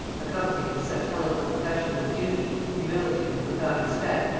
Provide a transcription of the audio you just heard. accompanied with such eloquent professions of duty, humility and profound respect,